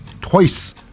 twice